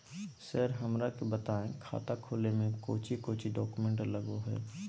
Sir हमरा के बताएं खाता खोले में कोच्चि कोच्चि डॉक्यूमेंट लगो है?